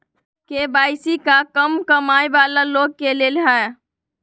KYC का कम कमाये वाला लोग के लेल है?